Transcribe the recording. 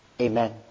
Amen